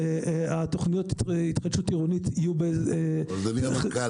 תכניות התחדשות עירונית יהיו ב- -- אדוני המנכ"ל,